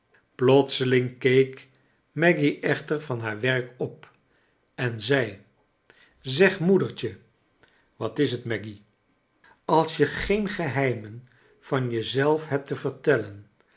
eling keek maggy echter van haar werk op en zei zeg moedertje i wat is het maggy als je geen geheimen van je zelf hebt te vertellen